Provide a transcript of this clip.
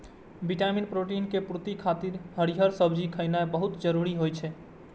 vitamin, protein के पूर्ति खातिर हरियर सब्जी खेनाय बहुत जरूरी होइ छै